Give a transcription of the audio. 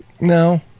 no